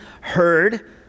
heard